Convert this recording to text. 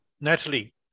Natalie